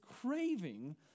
craving